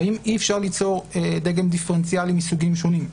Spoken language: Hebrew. והאם אי-אפשר ליצור דגם דיפרנציאלי מסוגים שונים?